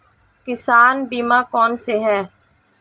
किसान बीमा कौनसे हैं?